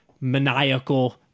maniacal